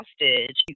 hostage